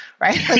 Right